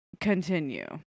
continue